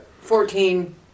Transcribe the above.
Fourteen